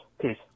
Peace